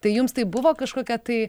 tai jums tai buvo kažkokia tai